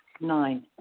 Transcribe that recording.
Nine